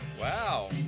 Wow